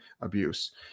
abuse